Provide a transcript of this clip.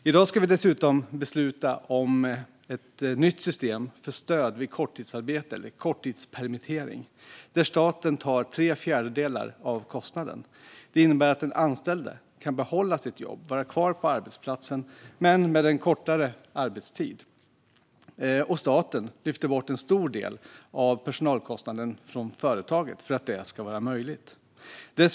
I dag ska vi fatta beslut om ett nytt system för stöd vid korttidsarbete - korttidspermittering - där staten tar tre fjärdedelar av kostnaden. Det innebär att den anställde kan behålla sitt jobb och vara kvar på arbetsplatsen men med kortare arbetstid. Staten lyfter bort en stor del av personalkostnaden från företaget för att detta ska vara möjligt.